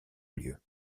lieu